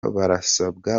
barasabwa